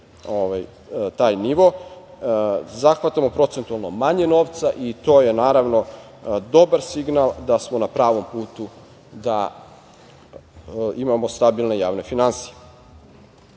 taj nivo. Zahvatamo procentualno manje novca i to je, naravno, dobar signal da smo na pravom putu da imamo stabilne javne finansije. Dosledno